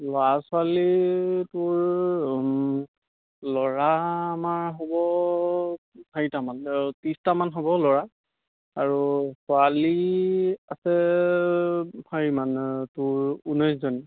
ল'ৰা ছোৱালী তোৰ ল'ৰা আমাৰ হ'ব চাৰিটামান আৰু ত্ৰিছটামান হ'ব ল'ৰা আৰু ছোৱালী আছে চাৰি মানে তোৰ ঊনৈছজনী